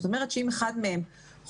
זאת אומרת, אם אחד מהם חולה